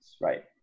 Right